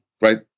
right